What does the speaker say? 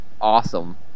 awesome